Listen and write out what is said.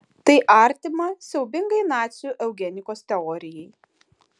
tai artima siaubingai nacių eugenikos teorijai